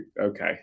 Okay